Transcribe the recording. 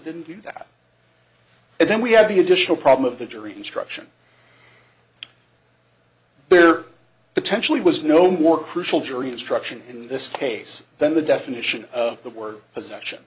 didn't do that and then we have the additional problem of the jury instruction there potentially was no more crucial jury instruction in this case then the definition of the word possession